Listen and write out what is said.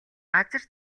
газар